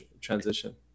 transition